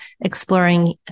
exploring